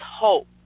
hope